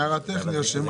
הערתך נרשמה.